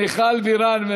מיכל בירן,